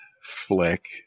flick